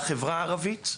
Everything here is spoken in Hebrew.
בחברה הערבית,